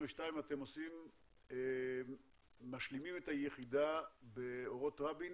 אתם משלימים את היחידה באורות רבין